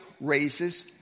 raises